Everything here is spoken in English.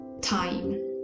time